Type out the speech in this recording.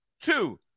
two